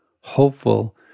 hopeful